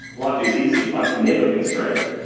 life is easy. i've never been stranded,